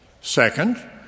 Second